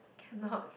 cannot